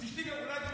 אז אולי גם את תשתי.